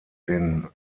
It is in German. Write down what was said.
den